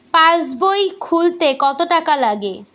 পাশবই খুলতে কতো টাকা লাগে?